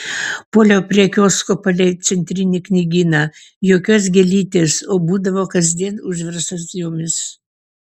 puoliau prie kiosko palei centrinį knygyną jokios gėlytės o būdavo kasdien užverstas jomis